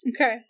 Okay